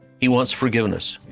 he wants forgiveness.